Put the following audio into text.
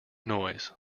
noise